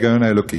תודה רבה.